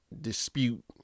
dispute